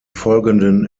folgenden